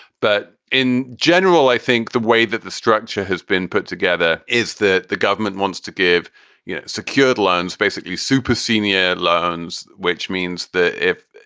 but in general, i think the way that the structure has been put together is that the government wants to give you know secured loans, basically super senior loans, which means that if,